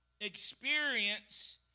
Experience